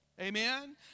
Amen